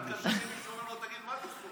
אני מתקשר למישהו, אומר לו: תגיד, מה זה סוקה?